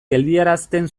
geldiarazten